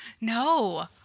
No